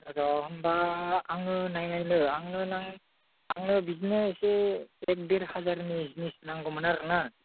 र' होनबा आङो नायनायनो आङो आंनो बिदिनो एसे एक देर हाजारनि जिनिस नांगौमोन आरोना